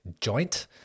joint